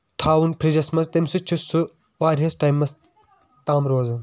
تھاوُن فرِجس منٛز تَمہِ سۭتۍ چھُ سُہ واریاہَس ٹایمَس تام روزان